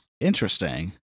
Interesting